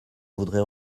voudrais